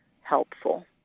helpful